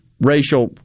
racial